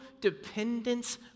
dependence